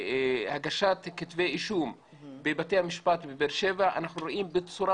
בהגשת כתבי אישום בבתי המשפט בבאר שבע אנחנו רואים בצורה